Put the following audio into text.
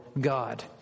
God